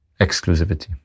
exclusivity